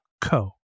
co